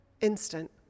instant